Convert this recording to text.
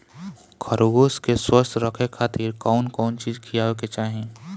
खरगोश के स्वस्थ रखे खातिर कउन कउन चिज खिआवे के चाही?